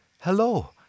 hello